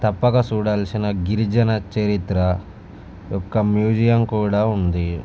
తప్పక చూడాల్సిన గిరిజన చరిత్ర యొక్క మ్యూజియం కూడా ఉంది